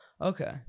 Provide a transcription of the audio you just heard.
Okay